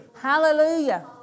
Hallelujah